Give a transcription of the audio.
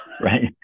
Right